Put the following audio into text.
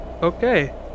Okay